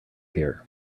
here